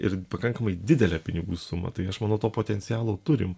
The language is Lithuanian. ir pakankamai didelę pinigų sumą tai aš manau to potencialo turim